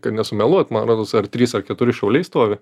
kad nesumeluot man rodos ar trys ar keturi šauliai stovi